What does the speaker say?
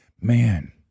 Man